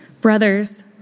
Brothers